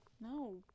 No